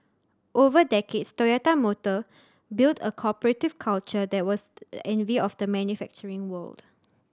over decades Toyota Motor built a corporative culture that was the envy of the manufacturing world